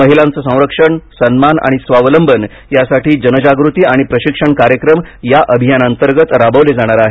महिलांचं संरक्षण सन्मान आणि स्वावलंबन यासाठी जनजागृती आणि प्रशिक्षण कार्यक्रम या अभियाना अंतर्गत राबवले जाणार आहेत